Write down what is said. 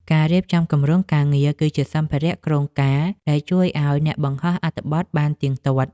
ការរៀបចំគម្រោងការងារ គឺជាសម្ភារៈគ្រោងការដែលជួយឱ្យអ្នកបង្ហោះអត្ថបទបានទៀងទាត់។